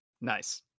Nice